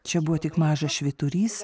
čia buvo tik mažas švyturys